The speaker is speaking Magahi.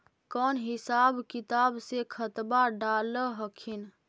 कौन हिसाब किताब से खदबा डाल हखिन?